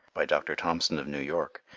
by dr. thompson of new york,